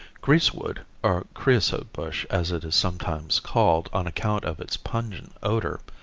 greasewood, or creasote bush as it is sometimes called on account of its pungent odor,